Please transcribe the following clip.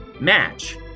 match